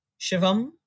Shivam